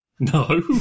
No